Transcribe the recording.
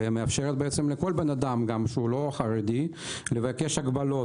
ומאפשרת לכל בן אדם גם שהוא לא חרדי לבקש הגבלות.